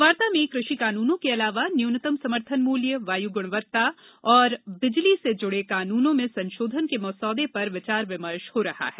वार्ता में कृषि कानूनों के अलावा न्यूनतम समर्थन मूल्य वायु गुणवत्ता और बिजली से जुड़े कानूनों में संशोधन के मर्सदे पर विचार विमर्श हो रहा है